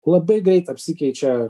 labai greit apsikeičia